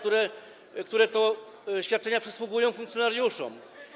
Te świadczenia przysługują funkcjonariuszom.